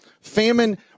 Famine